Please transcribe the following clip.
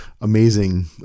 amazing